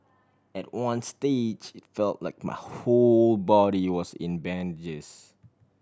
at one stage felt like my whole body was in bandages